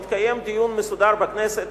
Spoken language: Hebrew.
יתקיים דיון מסודר בכנסת.